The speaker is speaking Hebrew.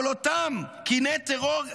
אבל אותם קיני טרור,